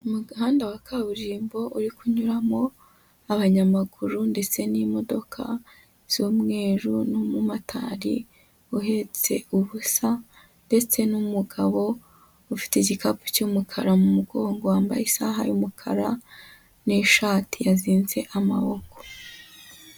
Umuhanda wa kaburimbo uri kunyuramo abanyamaguru ndetse n'imodoka z'umweru n'umumotari uhetse ubusa ndetse n'umugabo ufite igikapu cy'umukara mu mugongo, wambaye isaha y'umukara n'ishati yazinze amaboko.